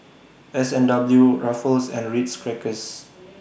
S and W Ruffles and Ritz Crackers